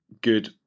good